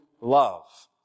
love